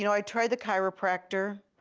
you know i tried the chiropractor,